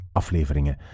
afleveringen